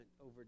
over